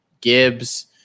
gibbs